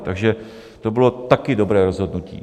Takže to bylo taky dobré rozhodnutí.